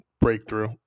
breakthrough